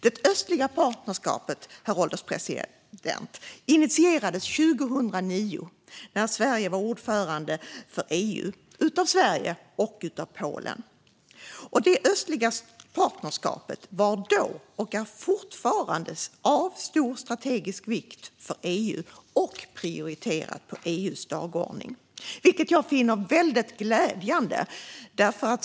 Det östliga partnerskapet, herr ålderspresident, initierades 2009, när Sverige var ordförande för EU, av Sverige och Polen. Det östliga partnerskapet var då och är fortfarande av stor strategisk vikt för EU och prioriterat på EU:s dagordning, vilket jag finner väldigt glädjande.